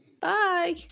Bye